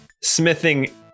smithing